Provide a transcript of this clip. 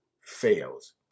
fails